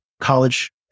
college